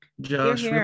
Josh